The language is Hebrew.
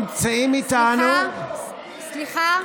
סליחה, סליחה.